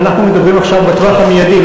אבל אנחנו מדברים עכשיו בטווח המיידי,